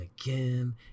again